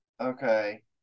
Okay